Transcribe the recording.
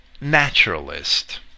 naturalist